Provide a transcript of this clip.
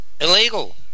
illegal